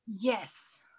Yes